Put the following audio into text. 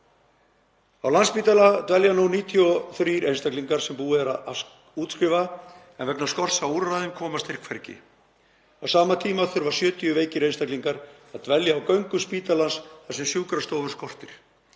Á Landspítala dvelja nú 93 einstaklingar sem búið er að útskrifa en vegna skorts á úrræðum komast þeir hvergi. Á sama tíma þurfa um 70 veikir einstaklingar að dvelja á göngum spítalans þar sem sjúkrastofur skortir.